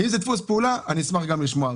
אם זה דפוס פעולה אז אשמח לשמוע.